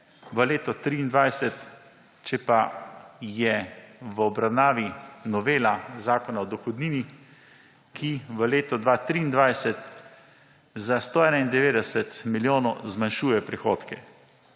v letu 2023, če pa je v obravnavi novela Zakona o dohodnini, ki v letu 2023 za 191 milijonov zmanjšuje prihodke,